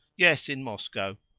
yes in moscow,